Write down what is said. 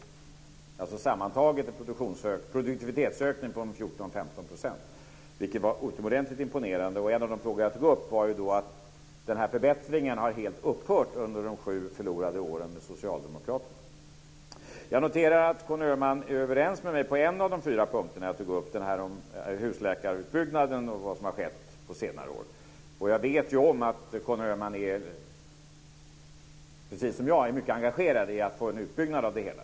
Det var alltså sammantaget en produktivitetsökning på 14-15 %. Det var utomordentligt imponerande. En av de frågor som jag tog upp var att den här förbättringen helt har upphört under de sju förlorade åren med Socialdemokraterna. Jag noterar att Conny Öhman är överens med mig på en av de fyra punkter som jag tog upp, det här om husläkarutbyggnaden och vad som har skett där på senare år. Jag vet ju att Conny Öhman precis som jag är mycket engagerad i att få en utbyggnad av det hela.